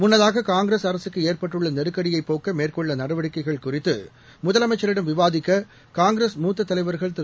முன்னதாக காங்கிரஸ் அரசுக்கு ஏற்பட்டுள்ள நெருக்கடியைப் போக்க மேற்கொள்ள நடவடிக்கைகள் குறித்து முதலமைச்சரிடம் விவாதிக்க காங்கிரஸ் மூத்த தலைவரகள் திரு